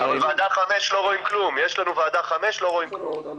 כולם מדברים על תקציב רזרבות גדול למדינה.